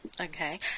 Okay